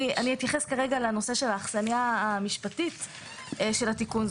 אני אתייחס לנושא של האכסניה המשפטית של התיקון.